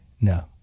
No